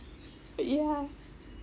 ya